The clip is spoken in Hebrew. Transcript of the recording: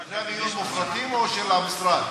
חדרי מיון מופרטים או של המשרד?